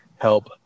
help